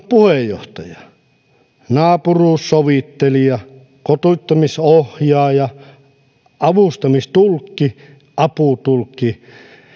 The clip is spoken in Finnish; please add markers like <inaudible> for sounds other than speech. <unintelligible> puheenjohtaja naapuruussovittelija kotouttamisohjaaja avustamistulkki aputulkki